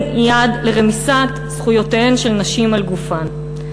יד לרמיסת זכויותיהן של נשים על גופן.